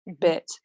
bit